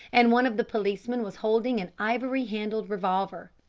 and one of the policemen was holding an ivory-handled revolver.